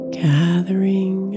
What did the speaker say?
gathering